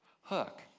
Hook